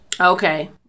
Okay